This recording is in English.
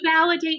validate